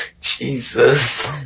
Jesus